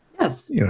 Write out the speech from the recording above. Yes